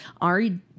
Ari